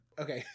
okay